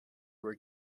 were